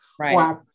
Right